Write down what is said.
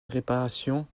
réparation